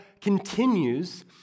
continues